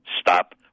stop